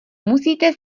musíte